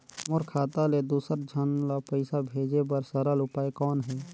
मोर खाता ले दुसर झन ल पईसा भेजे बर सरल उपाय कौन हे?